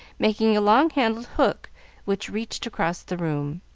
making a long-handled hook which reached across the room.